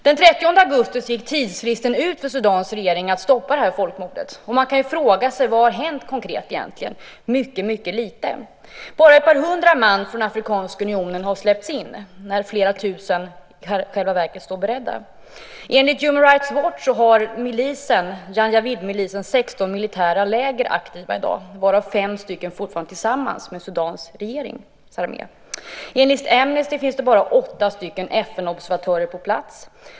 Den 30 augusti gick tidsfristen ut för Sudans regering för att stoppa detta folkmord. Man kan fråga: Vad har egentligen hänt konkret? Mycket lite. Bara ett par hundra man från den afrikanska unionen har släppts in i landet, när i själva verket flera tusen står beredda. Enligt Human Rights Watch har Janjawidmilisen 16 aktiva militära läger i dag, varav fem läger som drivs tillsammans med den sudanesiska regeringens armé. Enligt Amnesty finns det bara åtta FN-observatörer på plats.